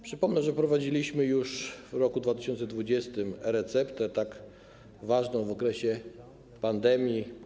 Przypomnę, że wprowadziliśmy już w roku 2020 e-receptę, tak ważną w okresie pandemii.